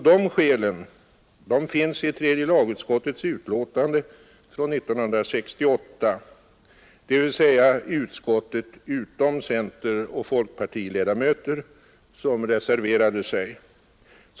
De skälen finns i tredje lagutskottets utlåtande från 1968, dvs. utskottet utom centeroch folkpartiledamöter som reserverade sig.